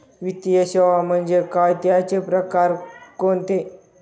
वित्तीय सेवा म्हणजे काय? त्यांचे प्रकार कोणते?